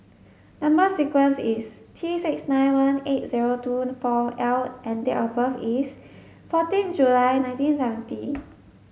number sequence is T six nine one eight zero two four L and date of birth is fourteen July nineteen seventy